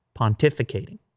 pontificating